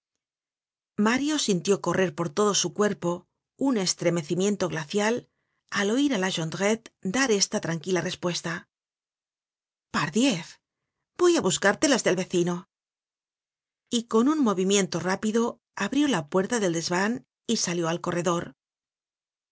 mario sintió correr por todo su cuerpo un estremecimiento glacial al oir á la jondrette dar esta tranquila respuesta pardiez voy á buscarte las del vecino y con un movimiento rápido abrió la puerta del desvan y salió al corredor